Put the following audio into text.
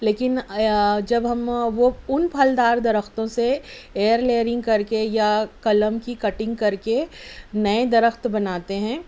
لیکن آیا جب ہم وہ اُن پھلدار درختوں سے ایئر لیئرنگ کر کے یا قلم کی کٹنگ کر کے نئے درخت بناتے ہیں